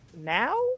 now